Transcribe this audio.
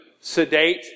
sedate